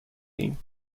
ایم